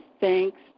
thanks